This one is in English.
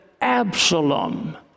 Absalom